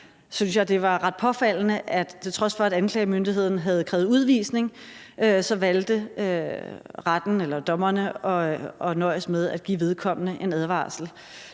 det var ret påfaldende, at til trods for at anklagemyndigheden havde krævet udvisning, valgte dommerne at nøjes med at give vedkommende en advarsel.